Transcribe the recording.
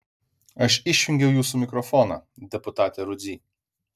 aš išjungiau jūsų mikrofoną deputate rudzy